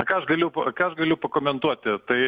ką aš galiu pa ką aš galiu pakomentuoti tai